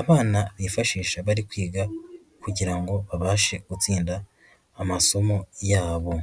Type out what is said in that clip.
abana bifashisha bari kwiga kugira ngo babashe gutsinda amasomo yabo.